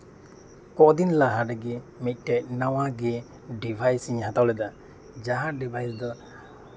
ᱠᱚᱫᱤᱱ ᱞᱟᱦᱟ ᱨᱮᱜᱮ ᱢᱤᱫᱴᱮᱱ ᱱᱟᱣᱟ ᱜᱮ ᱰᱮᱵᱷᱟᱭᱤᱥ ᱤᱧ ᱦᱟᱛᱟᱣ ᱞᱮᱫᱟ ᱡᱟᱦᱟᱸ ᱰᱤᱵᱷᱟᱭᱤᱥ ᱫᱚ